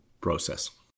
process